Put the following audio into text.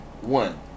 one